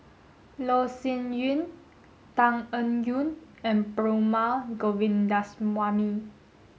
Loh Sin Yun Tan Eng Yoon and Perumal Govindaswamy